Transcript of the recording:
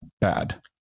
Bad